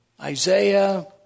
Isaiah